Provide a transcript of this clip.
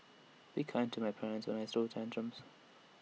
be kind to my parents when I throw tantrums